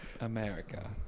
America